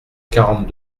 quarante